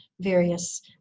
various